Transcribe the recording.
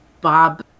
Bob